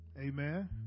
Amen